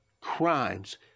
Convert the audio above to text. crimes